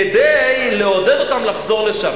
כדי לעודד אותם לחזור לשם.